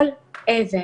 כל אבן.